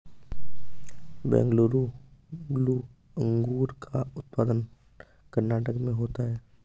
Bengaluru blue अंगूर का उत्पादन कर्नाटक में होता है